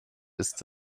ist